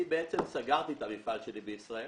אני בעצם סגרתי את המפעל שלי בישראל